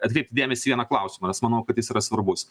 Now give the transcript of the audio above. atkreipti dėmesį į vieną klausimą nes manau kad jis yra svarbus